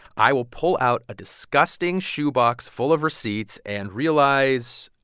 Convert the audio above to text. i will pull out a disgusting shoe box full of receipts and realize,